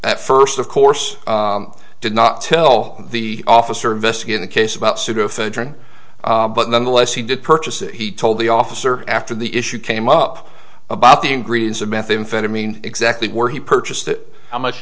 at first of course did not tell the officer investigating the case about pseudoephedrine but nonetheless he did purchase it he told the officer after the issue came up about the ingredients of methamphetamine exactly where he purchased it how much